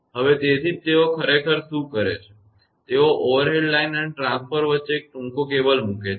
હવે તેથી જ તેઓ ખરેખર શું કરે છે તેઓ ઓવરહેડ લાઇન અને ટ્રાન્સફોર્મર વચ્ચે એક ટૂંકો કેબલ મૂકે છે